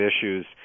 issues